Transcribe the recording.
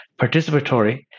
participatory